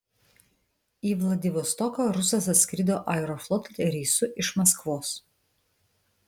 į vladivostoką rusas atskrido aeroflot reisu iš maskvos